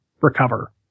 recover